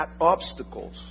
obstacles